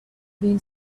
been